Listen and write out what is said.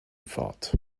fort